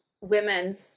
women